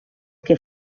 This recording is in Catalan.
que